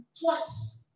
twice